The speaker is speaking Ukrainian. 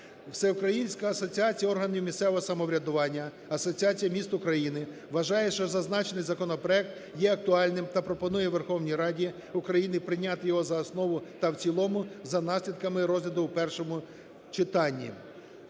Всеукраїнська асоціація органів місцевого самоврядування, Асоціація міст України вважає, що зазначений законопроект є актуальним та пропонує Верховній Раді України прийняти його за основу та в цілому за наслідками розгляду в першому читанні.